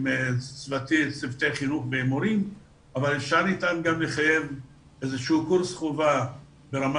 צוותי חינוך ומורים אבל ניתן גם לחייב איזשהו קורס חובה ברמה